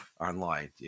online